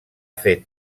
fet